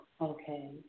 okay